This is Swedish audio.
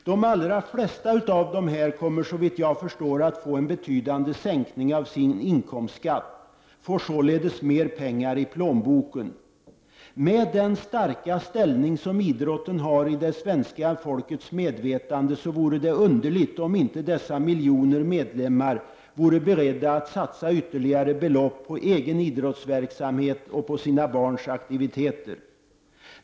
De allra flesta av dessa kommer, såvitt jag förstår, att få en betydande sänkning av sin inkomstskatt och de får således mer pengar i plånboken. Med den starka ställning som idrotten har i svenska folkets medvetande vore det underligt om inte dessa miljoner medlemmar vore beredda att satsa ytterligare belopp på egen idrottsverksamhet och på sina barns aktiviteter.